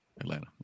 Atlanta